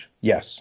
Yes